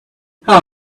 how